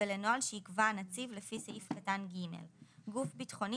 ולנוהל שיקבע הנציב לפי סעיף קטן (ג); גוף ביטחוני